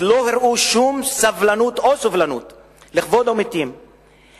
לא הראו שום סבלנות או סובלנות לכבוד המתים,